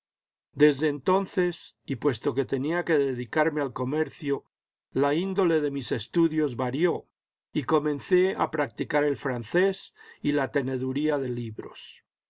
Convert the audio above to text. desde entonces y puesto que tenía que dedicarme al comercio la índole de mis estudios varió y comencé a practicar el francés y la teneduría de libros